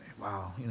wow